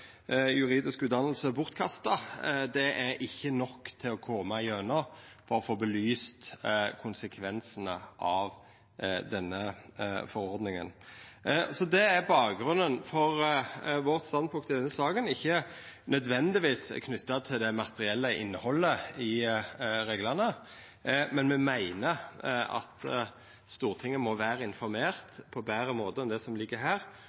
juridisk utdanning vore bortkasta – det er ikkje nok til å koma seg gjennom og forstå konsekvensane av denne forordninga. Det er bakgrunnen for vårt standpunkt i denne saka. Det er ikkje nødvendigvis knytt til det materielle innhaldet i reglane, men me meiner at Stortinget må verta informert på ein betre måte enn gjennom det som ligg her,